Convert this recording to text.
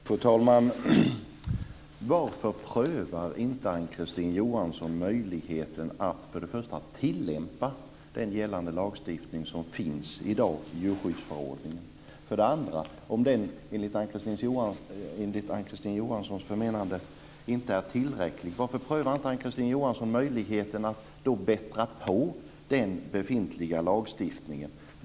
Fru talman! Varför prövar inte Ann-Kristine Johansson möjligheten att för det första tillämpa den gällande lagstiftning som i dag finns i djurskyddsförordningen? För det andra: Om det enligt Ann-Kristine Johanssons förmenande inte är tillräckligt, varför prövar inte Ann-Kristine Johansson möjligheten att bättra på den befintliga lagstiftningen?